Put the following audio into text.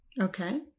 Okay